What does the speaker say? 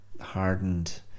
hardened